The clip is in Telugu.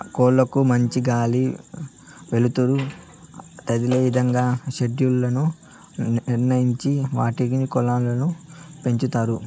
కోళ్ళ కు మంచి గాలి, వెలుతురు తదిలే ఇదంగా షెడ్లను నిర్మించి వాటిలో కోళ్ళను పెంచుతారు